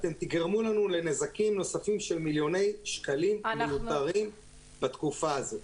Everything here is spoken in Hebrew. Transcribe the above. אתם תגרמו לנו לנזקים נוספים של מיליוני שקלים מיותרים בתקופה הזאת.